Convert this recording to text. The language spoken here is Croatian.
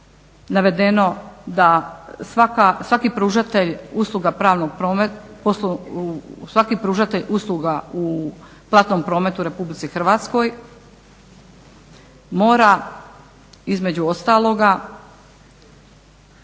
navedeno da svaki pružatelj usluga u platnom prometu u RH mora između ostaloga